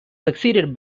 succeeded